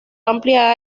amplia